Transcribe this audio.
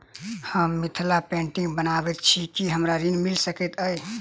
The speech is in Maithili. हम मिथिला पेंटिग बनाबैत छी की हमरा ऋण मिल सकैत अई?